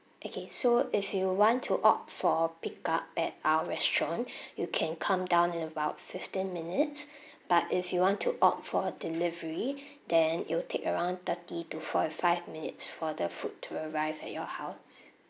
okay so if you want to opt for pick up at our restaurant you can come down in about fifteen minutes but if you want to opt for delivery then it will take around thirty to forty five minutes for the food to arrive at your house